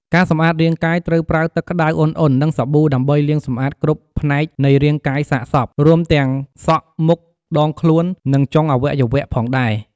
ការសម្អាតរាងកាយត្រូវប្រើទឹកក្តៅឧណ្ហៗ និងសាប៊ូដើម្បីលាងសម្អាតគ្រប់ផ្នែកនៃរាងកាយសាកសព រួមទាំងសក់ មុខ ដងខ្លួន និងចុងអវយវៈផងដែរ។